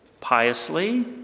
Piously